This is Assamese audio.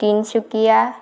তিনিচুকীয়া